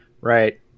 Right